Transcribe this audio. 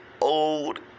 old